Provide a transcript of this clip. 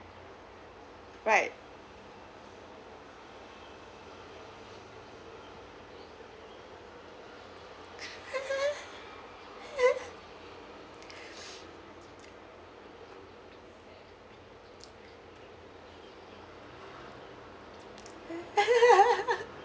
right